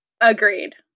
Agreed